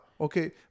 okay